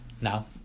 now